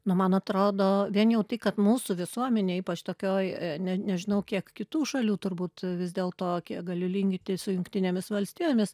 nu man atrodo vien jau tai kad mūsų visuomenėj ypač tokioj ne nežinau kiek kitų šalių turbūt vis dėlto kiek galiu lyginti su jungtinėmis valstijomis